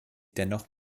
dennoch